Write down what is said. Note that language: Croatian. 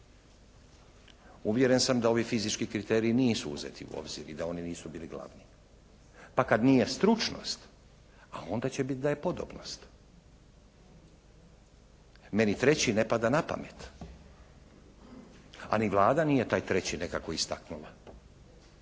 Uvjeren sam da ovi fizički kriteriji nisu uzeti u obzir i da oni nisu bili glavni. Pa kad nije stručnost, a onda će biti da je podobnost. Meni treći ne pada na pamet. A ni Vlada nije taj treći nekako istaknula.